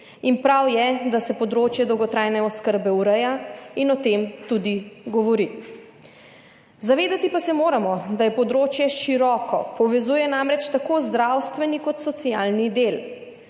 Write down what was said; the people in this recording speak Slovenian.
in prav je, da se področje dolgotrajne oskrbe ureja in o tem tudi govori. Zavedati pa se moramo, da je področje široko, povezuje namreč tako zdravstveni kot socialni del.